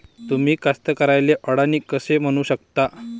अडानी कास्तकाराइले मोबाईलमंदून शेती इषयीची मायती कशी मिळन?